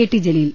T Jaleel